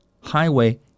highway